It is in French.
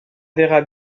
verras